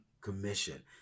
Commission